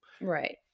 Right